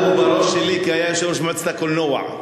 הוא בראש שלי כי היה יושב-ראש מועצת הקולנוע,